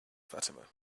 fatima